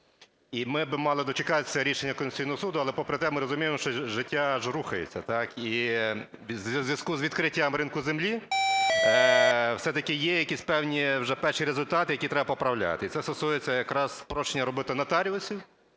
і ми б мали дочекатися рішення Конституційного Суду. Але попри те ми розуміємо, що життя ж рухається, і у зв'язку з відкриттям ринку землі все-таки є якісь певні вже перші результати, які треба поправляти. І це стосується якраз спрощення роботи нотаріусів,